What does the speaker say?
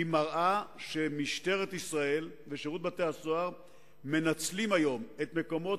מראה שמשטרת ישראל ושירות בתי-הסוהר מנצלים את מקומות